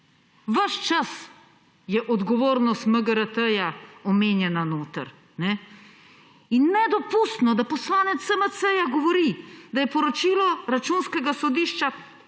Ves čas je odgovornost MGRT-ja omenjena noter. Nedopustno je, da poslanec SMC-ja govori, da je poročilo Računskega sodišča